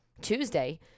Tuesday